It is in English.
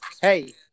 hey